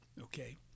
okay